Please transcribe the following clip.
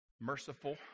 merciful